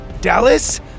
Dallas